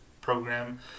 program